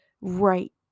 right